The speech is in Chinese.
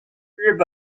日本